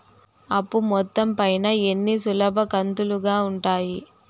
అప్పు మొత్తం పైన ఎన్ని సులభ కంతులుగా ఉంటాయి?